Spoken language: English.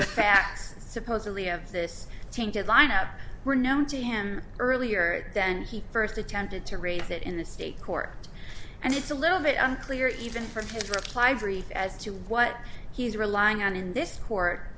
the facts supposedly of this tainted line have were known to him earlier than he first attempted to raise it in the state court and it's a little bit unclear even from his reply brief as to what he's relying on in this court